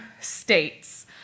states